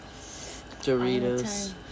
Doritos